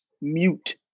mute